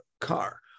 car